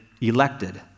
elected